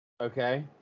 Okay